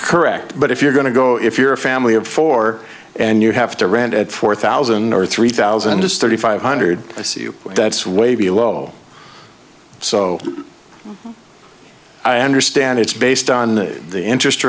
correct but if you're going to go if you're a family of four and you have to rant at four thousand or three thousand just thirty five hundred i see you that's way below so i understand it's based on the interest